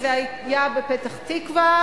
זה היה בפתח-תקווה,